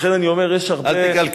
לכן אני אומר, יש הרבה, אל תקלקלו.